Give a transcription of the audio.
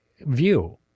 view